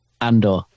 Andor